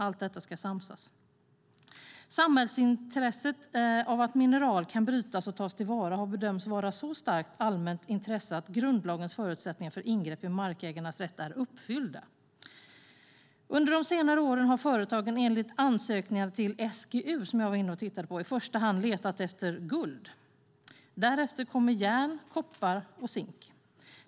Allt detta ska samsas. Samhällsintresset av att mineral kan brytas och tas till vara har bedömts vara ett så starkt allmänt intresse att grundlagens förutsättningar för ingrepp i markägarnas rätt är uppfyllda. Under de senare åren har företagen enligt ansökningarna till SGU i första hand letat efter guld. Därefter kommer järn, koppar och zink.